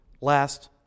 last